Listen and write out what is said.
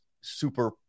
super